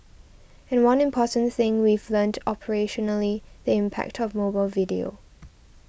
and one important thing we've learnt operationally the impact of mobile video